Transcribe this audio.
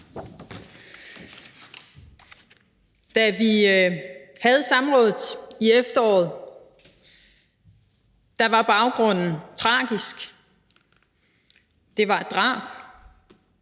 Da vi havde samrådet i efteråret, var baggrunden tragisk. Det var et drab